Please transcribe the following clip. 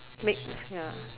make ya